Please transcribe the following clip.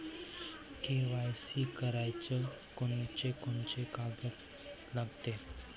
KYC कराच कोनचे कोनचे कागद लागते?